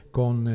con